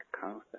concept